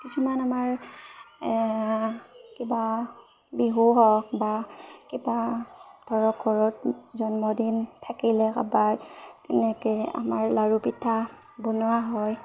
কিছুমান আমাৰ কিবা বিহু হওক বা কিবা ধৰক ঘৰত জন্মদিন থাকিলে কাৰোবাৰ তেনেকৈ আমাৰ লাৰু পিঠা বনোৱা হয়